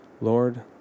Lord